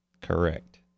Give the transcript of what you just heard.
Correct